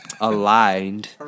aligned